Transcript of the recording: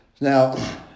Now